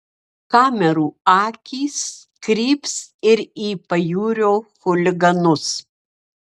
kamerų akys kryps ir į pajūrio chuliganus